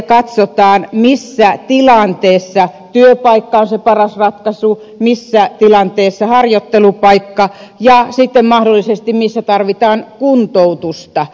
katsotaan missä tilanteessa työpaikka on se paras ratkaisu missä tilanteessa harjoittelupaikka ja sitten mahdollisesti missä tarvitaan kuntoutusta